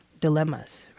dilemmas